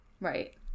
Right